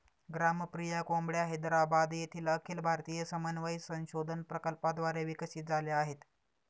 ग्रामप्रिया कोंबड्या हैदराबाद येथील अखिल भारतीय समन्वय संशोधन प्रकल्पाद्वारे विकसित झाल्या आहेत